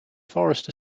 forest